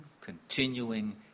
continuing